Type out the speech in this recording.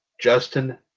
Justin